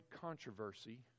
controversy